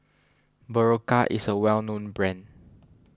Berocca is a well known brand